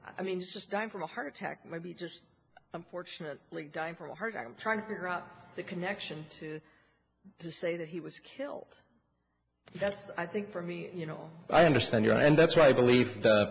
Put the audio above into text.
i mean he just died from a heart attack maybe just unfortunate dying from a heart i'm trying to figure out the connection to to say that he was killed that's i think for me you know i understand you and that's why i believe th